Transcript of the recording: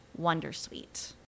Wondersuite